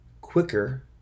quicker